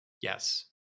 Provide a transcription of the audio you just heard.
yes